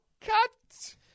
cut